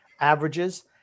averages